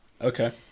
okay